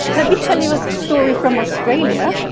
let me tell you a story from australia.